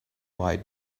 white